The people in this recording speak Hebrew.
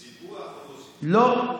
סיפוח, לא.